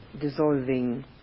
dissolving